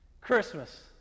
Christmas